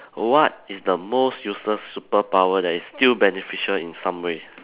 what is the most useless superpower that is still beneficial in some way